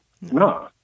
No